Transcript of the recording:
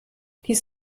dies